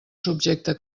subjecte